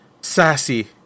sassy